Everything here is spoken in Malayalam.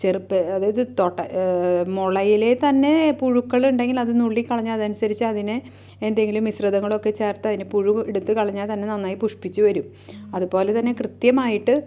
അതായത് മുളയിലേതന്നെ പുഴുക്കള് ഉണ്ടെങ്കിൽ അത് നുള്ളിക്കളഞ്ഞ അതനുസരിച്ച് അതിനെ എന്തെങ്കിലും മിശ്രിതങ്ങളൊക്കെ ചേർത്ത് അതിനെ പുഴു എടുത്ത് കളഞ്ഞാല്ത്തന്നെ നന്നായി പുഷ്പിച്ചുവരും അതുപോലെ തന്നെ കൃത്യമായിട്ട്